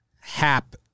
Hap